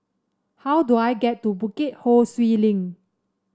how do I get to Bukit Ho Swee Link